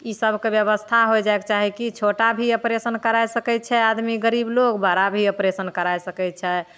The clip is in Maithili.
ईसबके बेबस्था होइ जाइके चाही कि छोटा भी ऑपरेशन करै सकै छै आदमी गरीब लोक बड़ा भी ऑपरेशन करै सकै छै